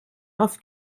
auf